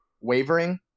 wavering